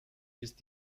ist